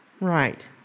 Right